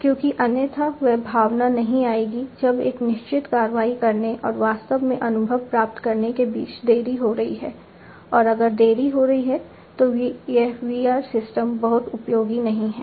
क्योंकि अन्यथा वह भावना नहीं आएगी जब एक निश्चित कार्रवाई करने और वास्तव में अनुभव प्राप्त करने के बीच देरी हो रही है अगर देरी हो रही है तो यह VR सिस्टम बहुत उपयोगी नहीं है